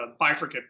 bifurcate